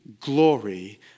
glory